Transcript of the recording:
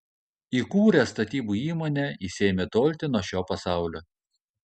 įkūręs statybų įmonę jis ėmė tolti nuo šou pasaulio